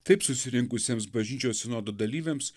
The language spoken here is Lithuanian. taip susirinkusiems bažnyčioje sinodo dalyviams